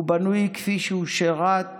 הוא בנוי כפי שהוא, שירת